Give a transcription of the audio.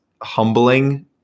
humbling